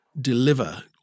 deliver